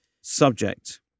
subject